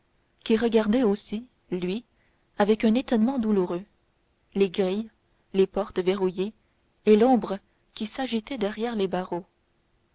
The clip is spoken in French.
qui regardait aussi lui avec un étonnement douloureux les grilles les portes verrouillées et l'ombre qui s'agitait derrière les barreaux